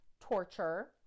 torture